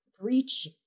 breach